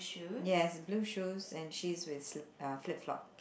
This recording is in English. yes blue shoes and she's with slip~ uh flip flop